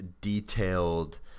detailed